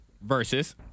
versus